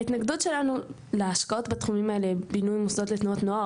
ההתנגדות שלנו להשקעות בתחומים האלה בינוי מוסדות לתנועות נוער